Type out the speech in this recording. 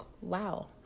wow